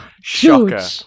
Shocker